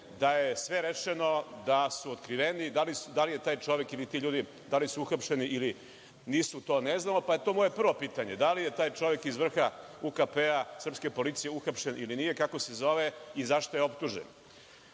da je sve rešeno, da su otkriveni, da li je taj čovek ili ti ljudi da li su uhapšeni ili nisu, to ne znamo. To je moje prvo pitanje. Da li je taj čovek iz vrha UKP, srpske policije uhapšen ili nije, kako se zove i zašto je optužen?